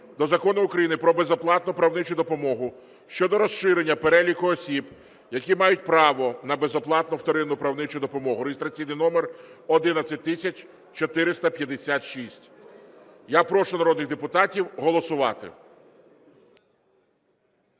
до Закону України "Про безоплатну правничу допомогу" щодо розширення переліку осіб, які мають право на безоплатну вторинну правничу допомогу (реєстраційний номер 11456). Я прошу народних депутатів голосувати.